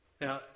Now